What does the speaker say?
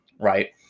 right